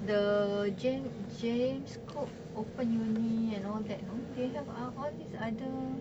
the james james cook open uni and all that you know they have uh all these other